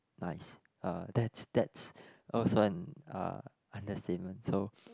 nice uh that's that's also an uh understatement so